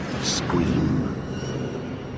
Scream